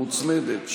המוצמדת,